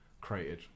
created